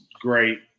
great